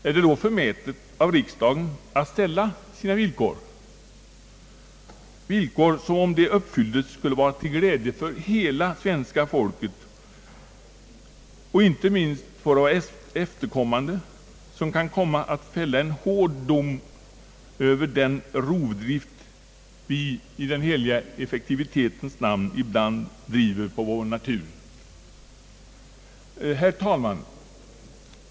Är det då förmätet av riksdagen att ställa sina villkor — villkor, som om de uppfylldes skulle vara till glädje för hela svenska folket och inte minst för våra efterkommande, som kan komma att fälla en hård dom över den rovdrift vi i den heliga effektivitetens namn ibland driver på vår natur. Herr talman!